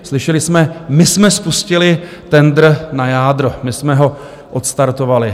Slyšeli jsme: my jsme spustili tendr na jádro, my jsme ho odstartovali.